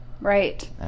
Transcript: Right